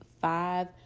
five